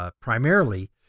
Primarily